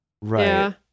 Right